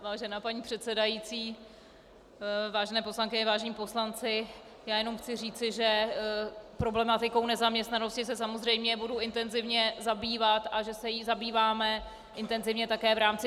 Vážená paní předsedající, vážené poslankyně, vážení poslanci, já jenom chci říci, že problematikou nezaměstnanosti se samozřejmě budu intenzivně zabývat a že se jí zabýváme intenzivně také v rámci tripartity.